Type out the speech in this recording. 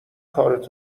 کارت